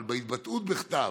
בהתבטאות בכתב,